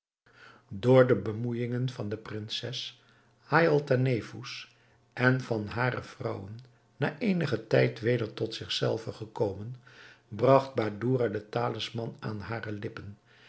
door de bemoeijingen van de prinses haïatalnefous en van hare vrouwen na eenigen tijd weder tot zich zelve gekomen bragt badoura den talisman aan hare lippen